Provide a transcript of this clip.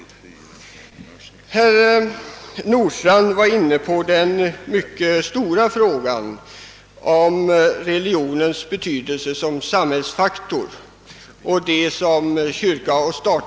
mycket stora frågan om religionens betydelse som samhällsfaktor.